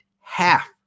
half